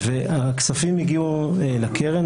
והכספים הגיעו לקרן,